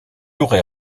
aurait